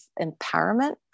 empowerment